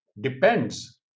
depends